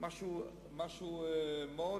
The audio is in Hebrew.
משהו מאוד,